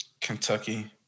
Kentucky